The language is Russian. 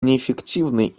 неэффективной